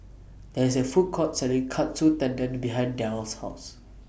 There IS A Food Court Selling Katsu Tendon behind Darl's House